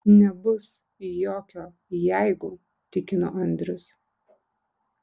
nebus jokio jeigu tikino andrius